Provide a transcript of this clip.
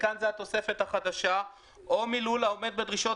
וכאן זה התוספת החדשה: או מלול העומד בדרישות